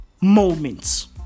moments